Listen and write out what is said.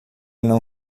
não